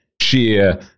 sheer